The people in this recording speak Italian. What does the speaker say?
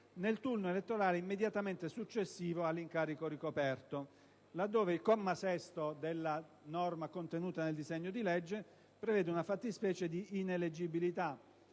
nel turno elettorale immediatamente successivo all'incarico ricoperto, laddove il comma 6 della normativa contenuta nel disegno di legge prevede una fattispecie di ineleggibilità: